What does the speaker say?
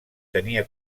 tenia